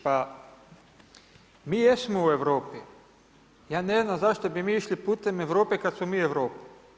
Pa mi jesmo u Europi, ja ne znam zašto bi mi išli putem Europe kada smo mi Europa.